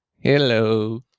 Hello